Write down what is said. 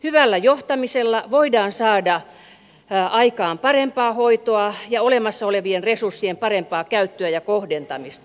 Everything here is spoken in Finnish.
hyvällä johtamisella voidaan saada aikaan parempaa hoitoa ja olemassa olevien resurssien parempaa käyttöä ja kohdentamista